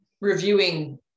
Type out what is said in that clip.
reviewing